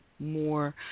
more